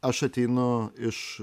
aš ateinu iš